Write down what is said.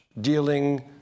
dealing